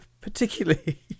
Particularly